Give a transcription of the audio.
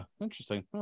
Interesting